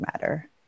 matter